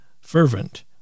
fervent